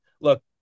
look